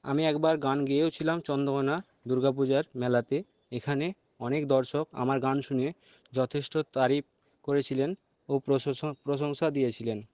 আমি একবার গান গেয়েও ছিলাম চন্দ্রকোনা দুর্গাপূজার মেলাতে এখানে অনেক দর্শক আমার গান শুনে যথেষ্ট তারিফ করেছিলেন ও প্রশংসা দিয়েছিলেন